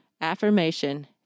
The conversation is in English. affirmation